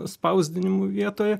spausdinimu vietoje